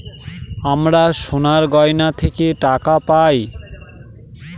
আমরা সোনার গহনা থেকে টাকা পায়